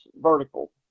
vertical